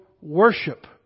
worship